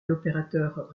l’opérateur